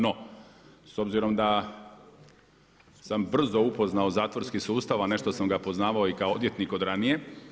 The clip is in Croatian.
No, s obzirom da sam brzo upoznao zatvorski sustav a nešto sam ga poznavao i kao odvjetnik od ranije.